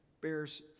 bears